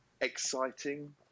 Exciting